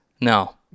No